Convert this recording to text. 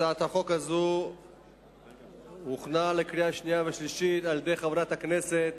הצעת החוק הזו הוכנה לקריאה שנייה וקריאה שלישית על-ידי חברת הכנסת